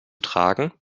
tragen